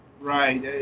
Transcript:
Right